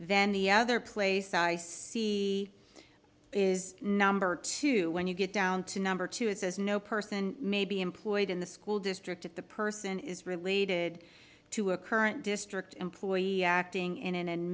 then the other place i see is number two when you get down to number two it says no person may be employed in the school district at the person is related to a current district employee acting in